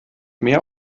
mehr